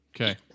Okay